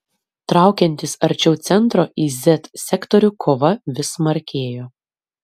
traukiantis arčiau centro į z sektorių kova vis smarkėjo